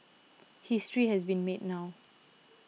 history has been made now